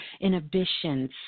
inhibitions